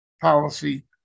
policy